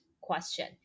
question